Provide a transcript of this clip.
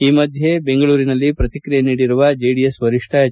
ಈ ಮಧ್ಯ ಬೆಂಗಳೂರಿನಲ್ಲಿ ಪ್ರತಿಕ್ರಿಯಿಸಿರುವ ಜೆಡಿಎಸ್ ವರಿಷ್ಠ ಎಚ್